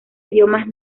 idiomas